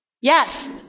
Yes